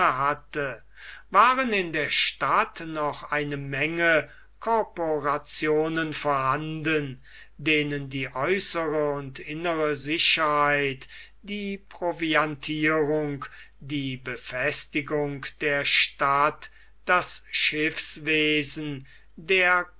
hatte waren in der stadt noch eine menge korporationen vorhanden denen die äußere und innere sicherheit die proviantierung die befestigung der stadt das schiffswesen der